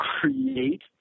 create